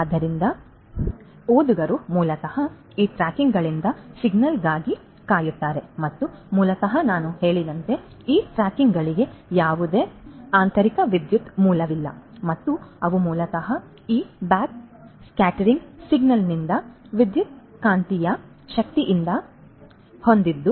ಆದ್ದರಿಂದ ಓದುಗರು ಮೂಲತಃ ಈ ಟ್ಯಾಗ್ಗಳಿಂದ ಸಿಗ್ನಲ್ಗಾಗಿ ಕಾಯುತ್ತಾರೆ ಮತ್ತು ಮೂಲತಃ ನಾನು ಹೇಳಿದಂತೆ ಈ ಟ್ಯಾಗ್ಗಳಿಗೆ ಯಾವುದೇ ಆಂತರಿಕ ವಿದ್ಯುತ್ ಮೂಲವಿಲ್ಲ ಮತ್ತು ಅವು ಮೂಲತಃ ಈ ಬ್ಯಾಕ್ಸ್ಕ್ಯಾಟರ್ಡ್ ಸಿಗ್ನಲ್ನಿಂದ ವಿದ್ಯುತ್ಕಾಂತೀಯ ಶಕ್ತಿಯಿಂದ ಶಕ್ತಿಯನ್ನು ಹೊಂದಿವೆ